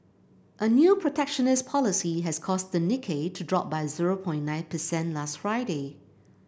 a new protectionist policy has caused the Nikkei to drop by zero point nine percent last Friday